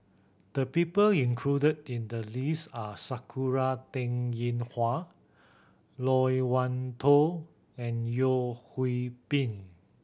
the people included in the list are Sakura Teng Ying Hua Loke Wan Tho and Yeo Hwee Bin